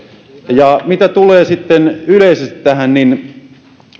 ja mitä tulee sitten tähän yleisesti niin